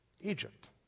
Egypt